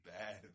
bad